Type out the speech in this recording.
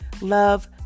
love